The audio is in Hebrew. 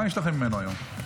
מה יש לכם ממנו היום?